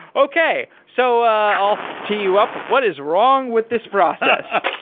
okay, so ah i'll so tee you up. what is wrong with this process?